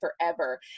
forever